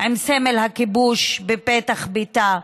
עם סמל הכיבוש בפתח ביתה.